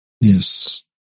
Yes